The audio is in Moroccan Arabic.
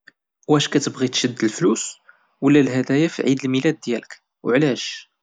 واش كتبغي تشد الفلوس ولا الهدايا فعيد الميلاد ديالك؟